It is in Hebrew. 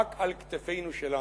רק על כתפינו שלנו.